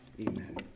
amen